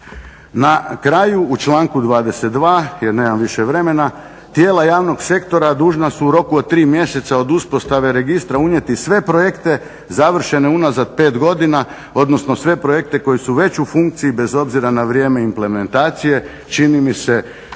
Na kraju, u članku 22., jer nemam više vremena, tijela javnog sektora dužna su u roku od 3 mjeseca od uspostave registra unijeti sve projekte završene unazad 5 godina, odnosno sve projekte koji su već u funkciji bez obzira na vrijeme implementacije, čini mi se